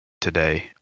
today